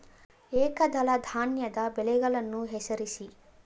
ಏಕದಳ ಧಾನ್ಯದ ಬೆಳೆಗಳನ್ನು ಹೆಸರಿಸಿ?